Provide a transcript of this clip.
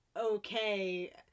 okay